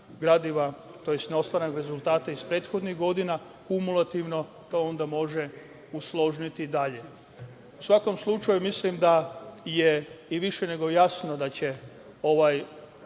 gradiva tj. neostvarenog rezultata iz prethodnih godina, kumulativno to onda može usloviti dalje.U svakom slučaju mislim da je i više nego jasno da će ovaj